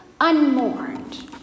unmourned